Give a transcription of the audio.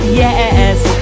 yes